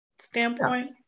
standpoint